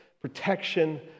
protection